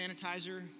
sanitizer